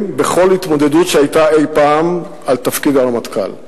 בכל התמודדות שהיתה אי-פעם על תפקיד הרמטכ"ל.